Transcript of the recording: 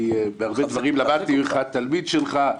בהרבה דברים אני למדתי ממך, תלמיד שלך.